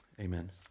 Amen